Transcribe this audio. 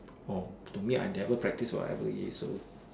orh to me I never practice so I we so